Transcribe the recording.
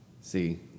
See